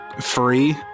free